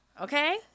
okay